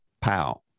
pow